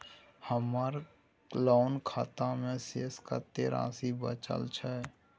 हमर लोन खाता मे शेस कत्ते राशि बचल छै?